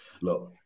look